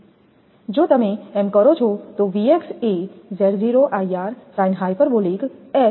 જો તમે એમ કરો છો તો 𝑉𝑥 થઈ જશે